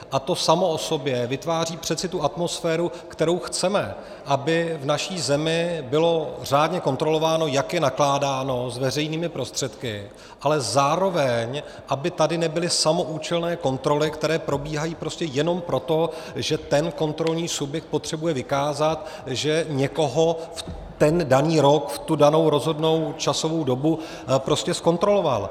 A to samo o sobě vytváří přece tu atmosféru, kterou chceme: aby v naší zemi bylo řádně kontrolováno, jak je nakládáno s veřejnými prostředky, ale zároveň aby tady nebyly samoúčelné kontroly, které probíhají prostě jenom proto, že ten kontrolní subjekt potřebuje vykázat, že někoho v ten daný rok v tu danou rozhodnou časovou dobu zkontroloval.